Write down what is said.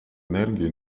энергию